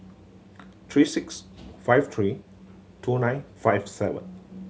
three six five three two nine five seven